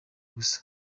gusa